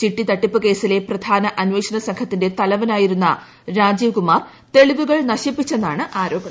ചിട്ടി തട്ടിപ്പ് കേസിലെ പ്രത്യേക അന്വേഷണ സംഘത്തിന്റെ തലവനായിരുന്ന രാജീവ് കുമാർ തെളിവുകൾ നശിപ്പിച്ചെന്നാണ് ആരോപണം